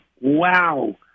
Wow